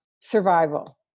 survival